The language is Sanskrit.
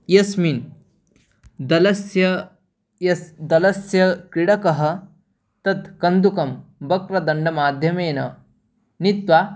यस्मिन् दलस्य यस्य दलस्य क्रीडकः तत् कन्दुकं वक्रदण्डमाध्यमेन नीत्वा